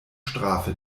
strafe